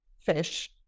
fish